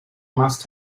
must